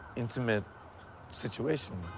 intimate situation.